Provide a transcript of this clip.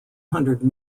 hundred